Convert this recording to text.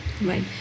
Right